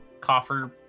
coffer